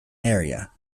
area